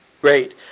Great